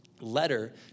letter